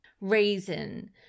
reason